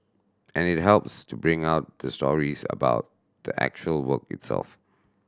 and it helps to bring out the stories about the actual work itself